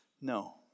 No